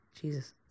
Jesus